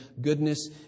goodness